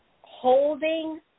holding